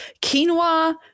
Quinoa